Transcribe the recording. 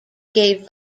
gave